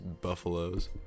buffaloes